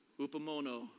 upamono